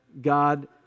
God